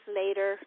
later